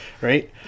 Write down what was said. Right